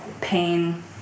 pain